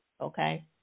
okay